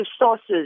sources